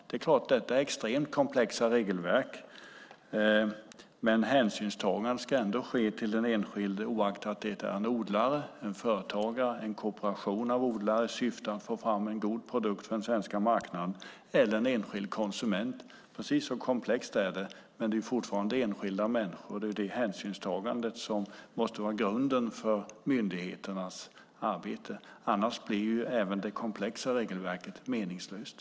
Det är klart att detta är extremt komplexa regelverk, men hänsynstagande ska ändå ske till den enskilde oaktat det är en odlare, en företagare, en kooperation av odlare i syfte att få fram en god produkt för den svenska marknaden eller en enskild konsument. Precis så komplext är det, men det är fortfarande enskilda människor det gäller. Hänsynstagandet måste vara grunden för myndigheternas arbete, annars blir även det komplexa regelverket meningslöst.